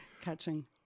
catching